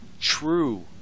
true